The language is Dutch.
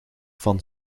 van